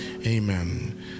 amen